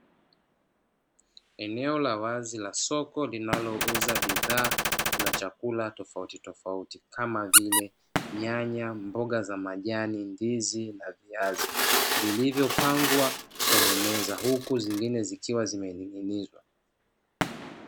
Eneo la wazi la soko linalouza bidhaa za chakula tofauti tofauti kama vile nyanya, mboga za majani, ndizi na viazi zilizopangwa kwenye meza huku zingine zimening'inizwa.